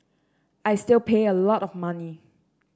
I still pay a lot of money